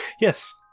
Yes